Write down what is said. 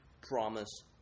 promise